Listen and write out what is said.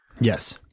Yes